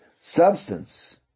substance